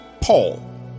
Paul